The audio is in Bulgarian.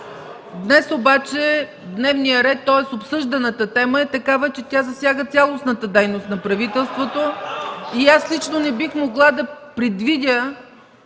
Днес обаче дневният ред, тоест обсъжданата тема е такава, че тя засяга цялостната дейност на правителството. (Шум и реплики.) Аз лично не бих могла да го предвидя,